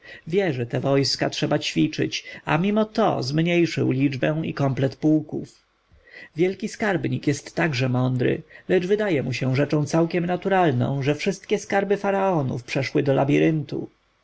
wie że te wojska trzeba ćwiczyć a mimo to zmniejszył liczbę i komplet pułków wielki skarbnik jest także mądry lecz wydaje mu się rzeczą całkiem naturalną że wszystkie skarby faraonów przeszły do